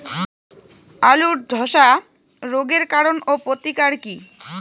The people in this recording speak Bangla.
আলুর ধসা রোগের কারণ ও প্রতিকার কি?